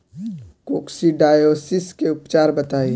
Coccidiosis के उपचार बताई?